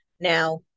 Now